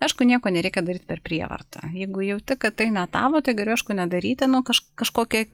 aišku nieko nereikia daryt per prievartą jeigu jauti kad tai ne tavo tai geriau aišku nedaryti nu kaž kažkokį